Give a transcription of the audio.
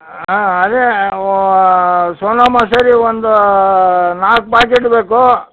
ಹಾಂ ಅದೇ ಸೋನಾ ಮಸೂರಿ ಒಂದು ನಾಲ್ಕು ಪಾಕಿಟ್ ಬೇಕು